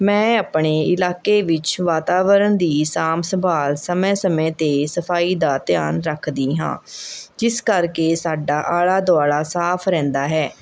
ਮੈਂ ਆਪਣੇ ਇਲਾਕੇ ਵਿੱਚ ਵਾਤਾਵਰਨ ਦੀ ਸਾਂਭ ਸੰਭਾਲ ਸਮੇਂ ਸਮੇਂ 'ਤੇ ਸਫ਼ਾਈ ਦਾ ਧਿਆਨ ਰੱਖਦੀ ਹਾਂ ਜਿਸ ਕਰਕੇ ਸਾਡਾ ਆਲ਼ਾ ਦੁਆਲ਼ਾ ਸਾਫ਼ ਰਹਿੰਦਾ ਹੈ